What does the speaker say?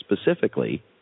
specifically